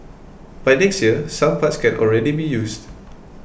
by next year some parts can already be used